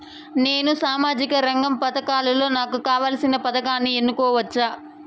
నేను సామాజిక రంగ పథకాలలో నాకు కావాల్సిన పథకాన్ని ఎన్నుకోవచ్చా?